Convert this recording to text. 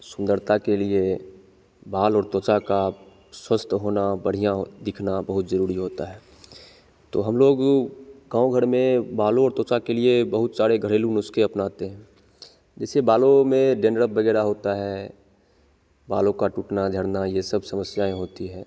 सुंदरता के लिए बाल और त्वचा का स्वस्थ होना बढ़िया औ दिखना बहुत जरुरी होता है तो हम लोग गाँव घर में बालों और त्वचा के लिए बहुत सारे घरेलू नुस्खे अपनाते हैं जैसे बालो में डेनड्रफ बगैरह होता है बालों का टूटना झड़ना ये सब समस्याएँ होती है